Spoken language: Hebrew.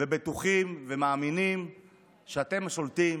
בטוחים ומאמינים שאתם השולטים,